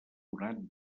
donat